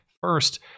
first